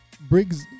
Briggs